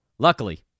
Luckily